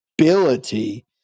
ability